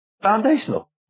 foundational